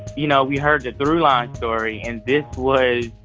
you know, we heard the throughline story. and this was,